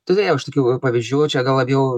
turėjau aš tokių pavyzdžių čia gal labiau